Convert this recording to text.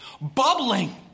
bubbling